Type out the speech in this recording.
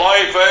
Life